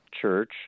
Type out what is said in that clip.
church